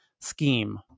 scheme